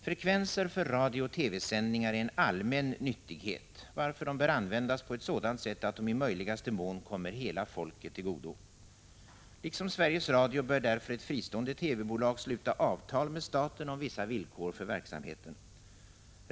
Frekvenser för radiooch TV-sändningar är en allmän nyttighet, varför de bör användas på ett sådant sätt att de i möjligaste mån kommer hela folket till godo. Liksom Sveriges Radio bör därför ett fristående TV-bolag sluta avtal med staten om vissa villkor för verksamheten.